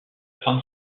fin